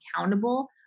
accountable